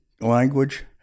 language